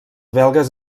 belgues